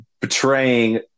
betraying